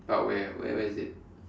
but where where where is it